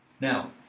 Now